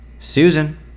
Susan